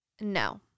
No